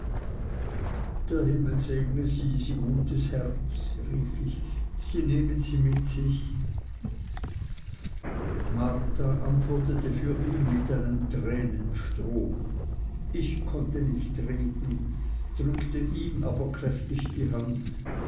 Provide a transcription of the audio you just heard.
der himmel segne sie sie gutes herz rief ich sie nehmen sie mit sich marta antwortete für ihn mit einem tränenstrom ich konnte nicht reden drückte ihm aber kräftig die hand